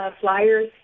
flyers